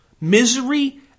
Misery